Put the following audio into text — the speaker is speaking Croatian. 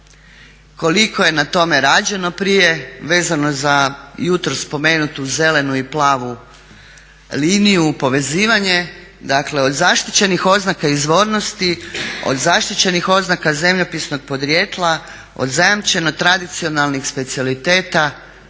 koliko je na tome rađeno prije. Vezano za jutros spomenut zelenu i plavu liniju povezivanje, dakle od zaštićenih oznaka izvornosti, od zaštićenih oznaka zemljopisnog podrijetla, od zajamčeno tradicionalnih specijaliteta